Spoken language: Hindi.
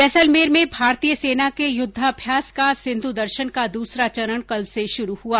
जैसलमेर में भारतीय सेना के युद्धाभ्यास का सिन्धु दर्शन का दूसरा चरण कल से शुरू हुआ